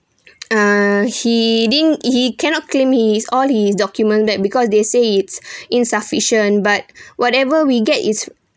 uh he didn't he cannot claim his all his documents back because they said it's insufficient but whatever we get is